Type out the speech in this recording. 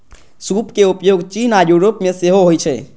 सूप के उपयोग चीन आ यूरोप मे सेहो होइ छै